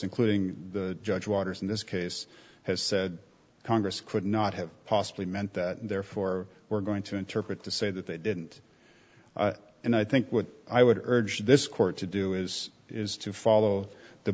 including the judge waters in this case has said congress could not have possibly meant that therefore we're going to interpret to say that they didn't and i think what i would urge this court to do is is to follow the